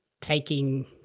taking